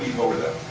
lower that?